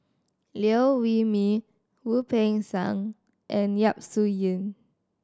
Liew Wee Mee Wu Peng Seng and Yap Su Yin